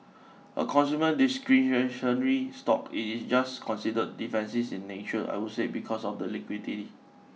a consumer discretionary stock it is just considered defensive in nature I would say because of the liquidity